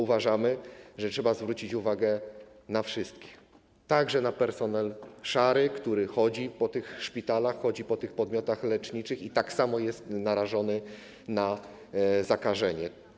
Uważamy, że trzeba zwrócić uwagę na wszystkich, także na szary personel, który chodzi po tych szpitalach, chodzi po tych podmiotach leczniczych i tak samo jest narażony na zakażenie.